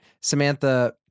Samantha